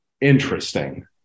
Interesting